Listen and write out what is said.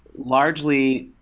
largely,